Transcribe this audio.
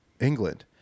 England